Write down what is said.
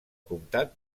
comtat